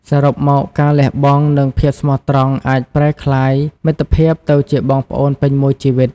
សរុបមក ការលះបង់ និងភាពស្មោះត្រង់អាចប្រែក្លាយមិត្តភាពទៅជាបងប្អូនពេញមួយជីវិត។